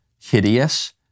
hideous